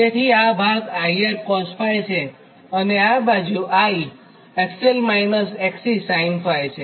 તેથી આ ભાગ IRcos∅ છે અને આ બાજુ I XL- XC SIN ∅ છે